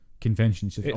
conventions